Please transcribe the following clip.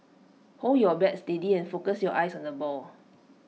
hold your bat steady and focus your eyes on the ball